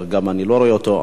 אני לא רואה גם אותו.